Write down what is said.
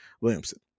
Williamson